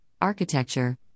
architecture